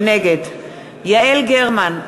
נגד יעל גרמן,